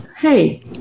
Hey